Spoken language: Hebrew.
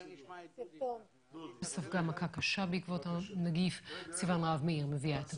השר המקשר בין הממשלה לכנסת